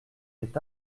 est